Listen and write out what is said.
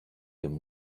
him